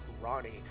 Ronnie